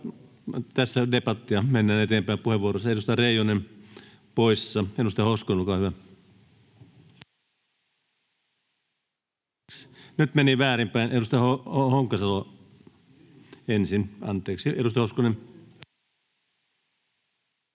tässä debattia, mennään eteenpäin puheenvuoroissa. Edustaja Reijonen, poissa. — Edustaja Hoskonen, olkaa hyvä. — Nyt meni väärinpäin. Edustaja Honkasalo ensin. Anteeksi, edustaja Hoskonen.